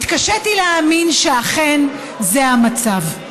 התקשיתי להאמין שאכן זה המצב.